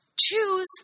choose